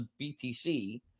BTC